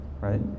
right